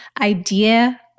idea